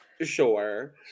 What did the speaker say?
Sure